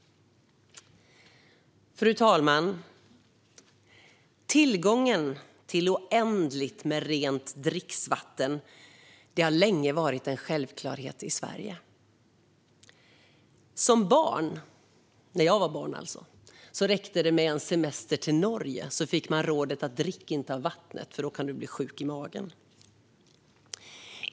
Fru talman! Tillgången till oändligt med rent dricksvatten har länge varit en självklarhet i Sverige. När jag var barn räckte det med semester i Norge för att man skulle få rådet att inte dricka vattnet i kranen för att man kunde bli sjuk i magen.